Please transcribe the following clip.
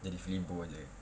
jadi phlebo jer